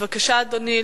בבקשה, אדוני.